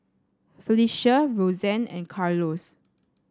Felecia Rosanne and Carlos